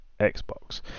Xbox